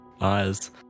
eyes